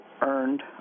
earned